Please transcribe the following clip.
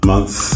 month